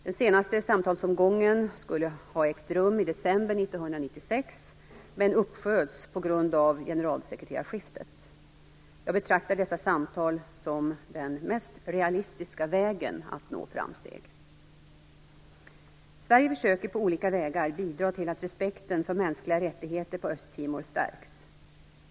Den senaste samtalsomgången skulle ha ägt rum i december 1996 Jag betraktar dessa samtal som den mest realistiska vägen att nå framsteg. Sverige försöker på olika vägar att bidra till att respekten för mänskliga rättigheter på Östtimor stärks.